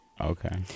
Okay